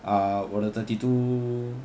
ah 我的 thirty-two